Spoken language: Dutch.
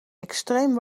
extreem